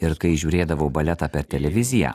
ir kai žiūrėdavau baletą per televiziją